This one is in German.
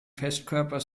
festkörper